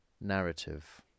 narrative